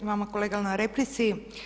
I vama kolega na replici.